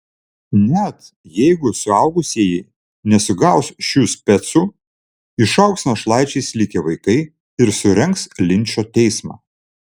net jeigu suaugusieji nesugaus šių specų išaugs našlaičiais likę vaikai ir surengs linčo teismą